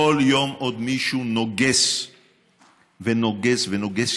כל יום עוד מישהו נוגס ונוגס ונוגס,